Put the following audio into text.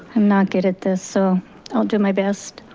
i'm not good at this, so i'll do my best.